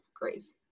grace